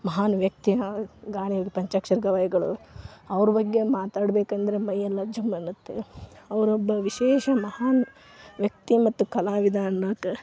ಮಹಾನ್ ವ್ಯಕ್ತಿ ಗಾನಯೋಗಿ ಪಂಚಾಕ್ಷರಿ ಗವಾಯಿಗಳು ಅವ್ರ ಬಗ್ಗೆ ಮಾತಾಡಬೇಕಂದ್ರೆ ಮೈ ಎಲ್ಲ ಜುಮ್ ಅನ್ನುತ್ತೆ ಅವರೊಬ್ಬ ವಿಶೇಷ ಮಹಾನ್ ವ್ಯಕ್ತಿ ಮತ್ತು ಕಲಾವಿದ ಅನ್ನೋಕೆ